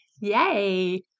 Yay